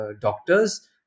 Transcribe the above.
doctors